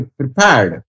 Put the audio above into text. prepared